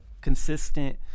consistent